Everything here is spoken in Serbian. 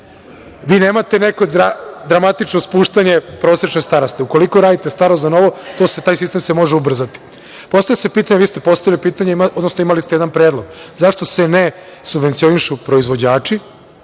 vi nemate neko dramatično spuštanje prosečne starosti. Ukoliko radite staro za novo, taj sistem se može ubrzati. Postavlja se pitanje, vi ste postavili pitanje, odnosno imali ste jedan predlog, zašto se ne subvencionišu proizvođači